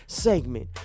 segment